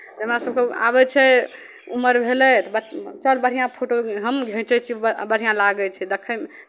हमरा सभकेँ आबै छै उमर भेलै तऽ ब चल बढ़िआँ फोटो हम घिँचै छियै ब बढ़िआँ लागै छै देखयमे